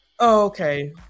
Okay